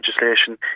legislation